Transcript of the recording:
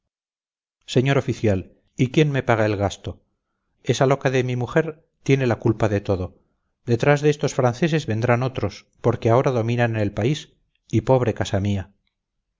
señor oficial y quién me paga el gasto esa loca de mi mujer tiene la culpa de todo detrás de estos franceses vendrán otros porque ahora dominan en el país y pobre casa mía